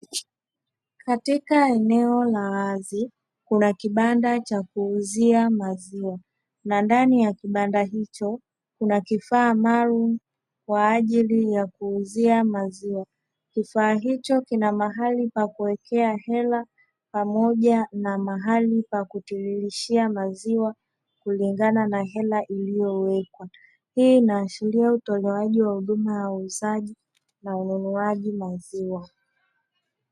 Katika eneo la wazi kuna kibanda cha kuuzia maziwa na ndani ya kibanda hicho kuna kifaa maalumu kwajili ya kuuzia maziwa. Kifaa hicho kina maali pa kuwekea hela pamoja na mahali pa kutiririshia maziwa kulingana na hela iliyo wekwa. Hii inaashiria utolewaji wa huduma ya uuzaji na ununuaji maziwa.